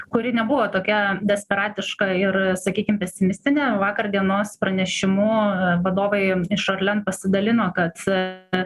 kuri nebuvo tokia desperatiška ir sakykim pesimistinė vakar dienos pranešimu vadovai iš orlen pasidalino kad